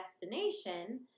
destination